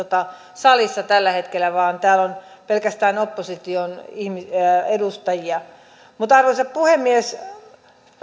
salissa tällä hetkellä vaan täällä on pelkästään opposition edustajia arvoisa puhemies